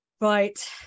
Right